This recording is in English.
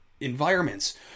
environments